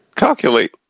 calculate